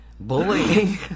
Bullying